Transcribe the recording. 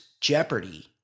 Jeopardy